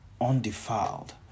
undefiled